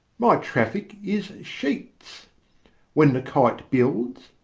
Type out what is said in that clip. my traffic is sheets when the kite builds,